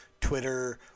Twitter